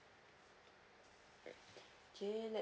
okay